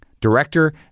director